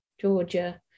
Georgia